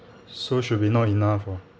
so should be not enough orh